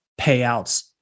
payouts